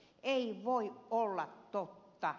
ei voi olla totta